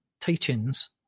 teachings